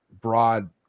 broad